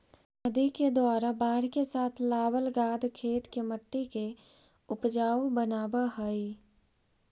नदि के द्वारा बाढ़ के साथ लावल गाद खेत के मट्टी के ऊपजाऊ बनाबऽ हई